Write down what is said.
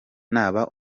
naba